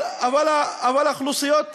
אבל האוכלוסיות המוחלשות,